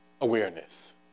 awareness